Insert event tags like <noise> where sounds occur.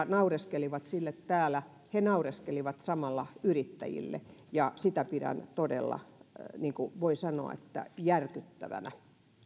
<unintelligible> naureskelivat täällä kokoomuksen esitykselle he naureskelivat samalla yrittäjille ja sitä pidän todella voi sanoa järkyttävänä